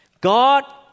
God